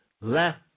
left